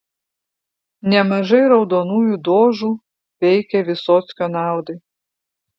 nemažai raudonųjų dožų veikė vysockio naudai